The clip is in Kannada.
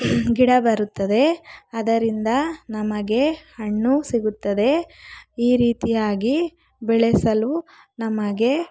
ಗಿಡ ಬರುತ್ತದೆ ಅದರಿಂದ ನಮಗೆ ಹಣ್ಣು ಸಿಗುತ್ತದೆ ಈ ರೀತಿಯಾಗಿ ಬೆಳೆಸಲು ನಮಗೆ